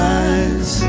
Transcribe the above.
eyes